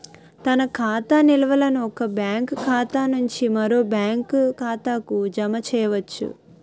తన ఖాతా నిల్వలను ఒక బ్యాంకు ఖాతా నుంచి మరో బ్యాంక్ ఖాతాకు జమ చేయవచ్చు